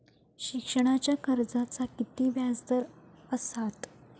शिक्षणाच्या कर्जाचा किती व्याजदर असात?